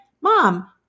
mom